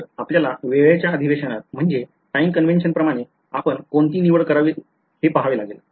तर आपल्या वेळेच्या अधिवेशनात म्हणजे प्रमाणे आपण कोणती निवड करावी हे पहावे लागेल